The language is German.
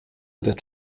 wird